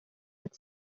its